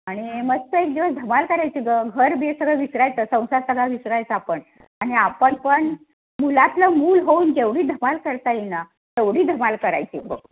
आणि मस्त एक दिवस धमाल करायची ग घर बीर सगळं विसरायचं संसार सगळा विसरायचा आपण आणि आपण पण मुलातलं मूल होऊन जेवढी धमाल करता येईल ना तेवढी धमाल करायची हो